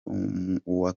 uwa